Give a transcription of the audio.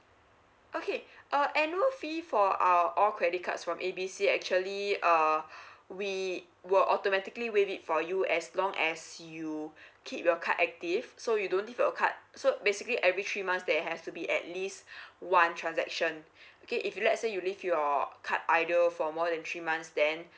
okay uh annual fee for uh all credit cards from A B C actually err we were automatically valid for you as long as you keep your card active so you don't leave your card so basically every three months there has to be at least one transaction okay if you let say you leave your card either for more than three months then